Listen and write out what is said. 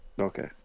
Okay